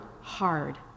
hard